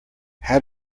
how